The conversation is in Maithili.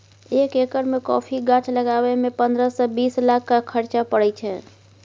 एक एकर मे कॉफी गाछ लगाबय मे पंद्रह सँ बीस लाखक खरचा परय छै